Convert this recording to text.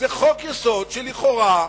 זה חוק-יסוד שלכאורה,